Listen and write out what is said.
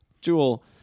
jewel